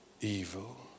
evil